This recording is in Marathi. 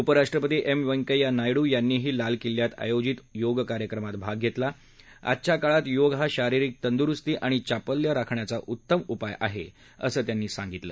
उपराष्ट्रपती एम व्यंकय्या नायडू यांनीही लालकिल्ल्यात आयोजित योग कार्यक्रमात भाग घेतला आजच्या काळात योग हा शारिरीक तंदुरुस्ती आणि चापल्य राखण्याचा उत्तम उपाय आहे असं त्यांनी सागितलं